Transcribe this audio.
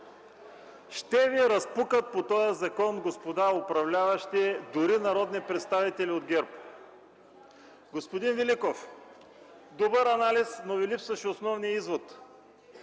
Ще Ви разпукат по този закон, господа управляващи, дори народни представители от ГЕРБ. Господин Великов, добър анализ, но Ви липсваше основният извод.